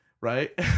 Right